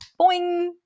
boing